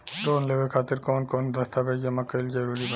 Loan लेवे खातिर कवन कवन दस्तावेज जमा कइल जरूरी बा?